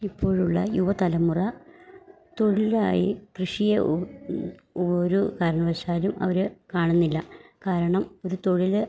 ഇപ്പോഴുള്ള യുവതലമുറ തൊഴിലായി കൃഷിയെ ഒരു കാരണവശാലും അവര് കാണുന്നില്ല കാരണം ഒരു തൊഴില്